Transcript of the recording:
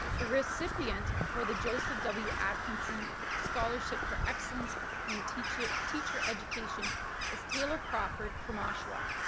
the recipient for the joseph w. atkinson scholarship for excellence in teacher teacher education is taylor crawford from oshawa.